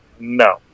no